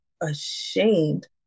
ashamed